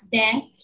death